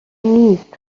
نیست